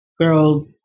girl